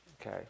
okay